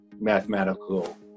mathematical